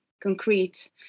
concrete